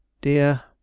dear